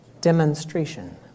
demonstration